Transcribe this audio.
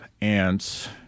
ants